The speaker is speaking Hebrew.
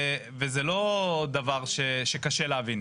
וזה לא דבר שקשה להבין.